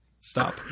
stop